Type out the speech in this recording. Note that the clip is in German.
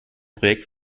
projekt